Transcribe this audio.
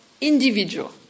individual